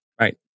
Right